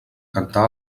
cantar